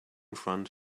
front